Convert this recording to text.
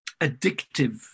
addictive